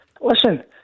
Listen